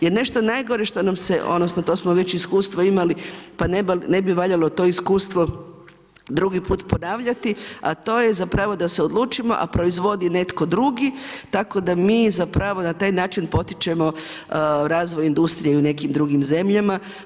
Jer nešto najgore što nam se odnosno to smo već iskustvo imali pa ne bi valjalo to iskustvo drugi put ponavljati, a to je da se odlučimo, a proizvodi netko drugi tako da mi na taj način potičemo razvoj industrije i u nekim drugim zemljama.